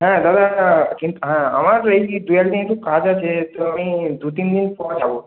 হ্যাঁ দাদা কিন্তু হ্যাঁ আমার এই দু এক দিন একটু কাজ আছে তো আমি দু তিন দিন পর যাব